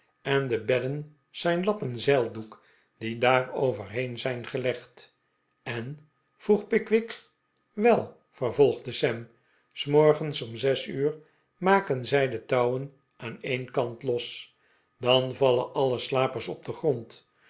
en de bedden zijn lappen zeildoek die daar overheen zijn gelegd en vroeg pickwick wel vervolgde sam s morgens om zes liur maken zij de touwen aan een kant los dan vallen alle slapers op den grond